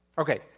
Okay